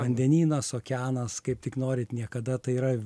vandenynas okeanas kaip tik norit niekada tai yra